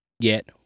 get